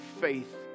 faith